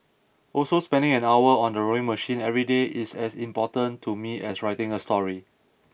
also spending an hour on the rowing machine every day is as important to me as writing a story